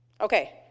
Okay